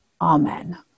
Amen